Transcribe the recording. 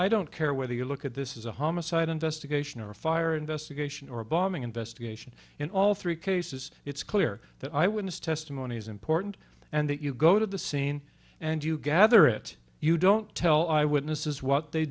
i don't care whether you look at this is a homicide investigation or a fire investigation or a bombing investigation in all three cases it's clear that i wouldn't testimony is important and that you go to the scene and you gather it you don't tell eyewitnesses what they